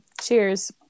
cheers